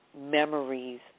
Memories